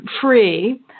free